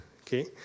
Okay